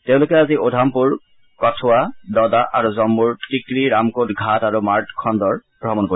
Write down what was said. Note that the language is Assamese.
তেওঁলোকে আজি উধমপুৰ কাঠোৱা দদা আৰু জম্মুৰ টিকৰি ৰামকোট ঘাট আৰু মাৰ্দ খণ্ডৰ ভ্ৰমণ কৰিব